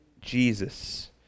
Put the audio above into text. Jesus